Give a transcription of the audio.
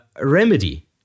Remedy